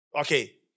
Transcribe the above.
Okay